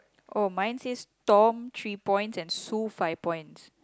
oh mine says storm three point and sue five points